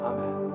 Amen